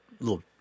little